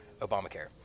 Obamacare